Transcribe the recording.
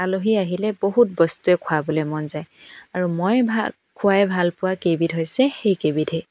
আলহী আহিলে বহুত বস্তুৱেই খুৱাবলৈ মন যায় আৰু মই খুৱাই ভাল পোৱাকেইবিধ হৈছে সেইকেইবিধেই